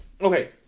Okay